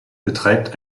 betreibt